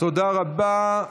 תודה רבה.